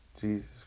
Jesus